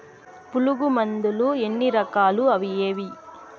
పులుగు మందులు ఎన్ని రకాలు అవి ఏవి?